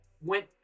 went